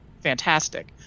Fantastic